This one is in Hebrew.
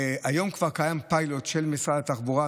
גם היום כבר קיים פיילוט של משרד התחבורה,